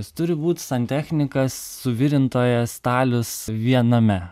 jis turi būt santechnikas suvirintojas stalius viename